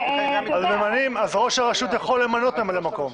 אז ראש הרשות יכול למנות ממלא מקום.